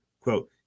Quote